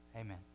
Amen